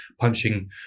punching